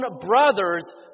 brothers